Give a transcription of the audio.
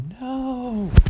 no